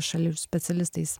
šalių specialistais